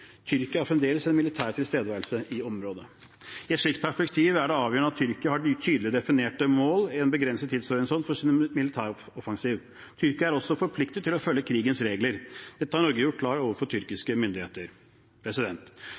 Tyrkia har fremdeles en militær tilstedeværelse i området. I et slikt perspektiv er det avgjørende at Tyrkia har tydelig definerte mål i en begrenset tidshorisont for sin militæroffensiv. Tyrkia er også forpliktet til å følge krigens regler. Dette har Norge gjort klart overfor tyrkiske myndigheter.